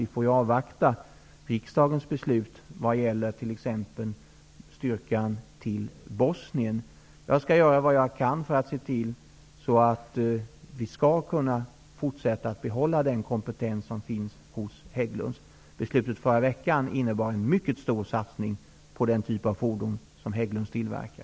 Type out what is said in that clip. Vi måste avvakta riksdagens beslut t.ex. om styrkan till Bosnien. Jag skall göra vad jag kan för att vi skall kunna behålla den kompetens som finns hos Hägglunds. Beslutet i förra veckan innebar en mycket stor satsning på den typ av fordon som Hägglunds tillverkar.